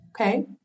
Okay